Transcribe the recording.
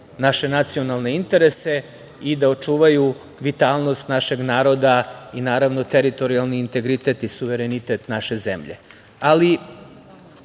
naše nacionalne interese i da očuvaju vitalnost našeg naroda i teritorijalni integritet i suverenitet naše zemlje. To